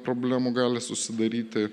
problemų gali susidaryti